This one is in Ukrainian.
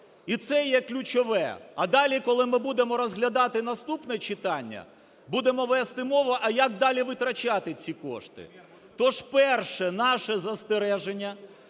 і це є ключове. А далі, коли ми будемо розглядати наступне читання, будемо вести мову, а як далі витрачати ці кошти. Тож перше наше застереження,